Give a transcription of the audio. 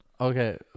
Okay